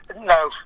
No